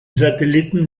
satelliten